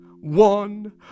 one